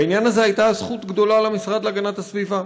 בעניין הזה הייתה זכות גדולה למשרד להגנת הסביבה,